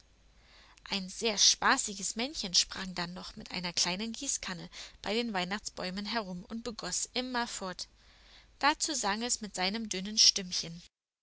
ein sehr spaßiges männchen sprang da noch mit einer kleinen gießkanne bei den weihnachtsbäumen herum und begoß immerfort dazu sang es mit seinem dünnen stimmchen